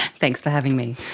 thanks for having me.